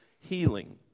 healing